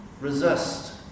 Resist